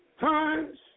Times